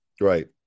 right